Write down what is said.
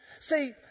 See